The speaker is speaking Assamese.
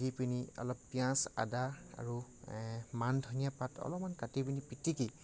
দি পিনি অলপ পিঁয়াজ আদা আৰু মান ধনিয়া পাত অলপমান কাটি পিনি পিটিকি